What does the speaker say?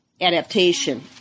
adaptation